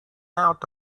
out